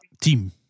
team